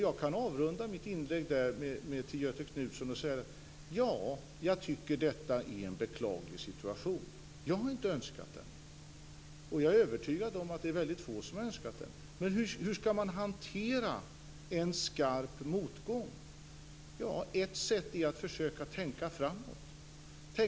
Jag kan avrunda mitt inlägg och säga till Göthe Knutson: Ja, jag tycker att detta är en beklaglig situation. Jag har inte önskat den. Jag är övertygad om att det är få som har önskat den. Men hur skall man hantera en skarp motgång? Ett sätt är att försöka tänka framåt.